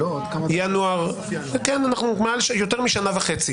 ינואר 2022. כן, אנחנו יותר שנה וחצי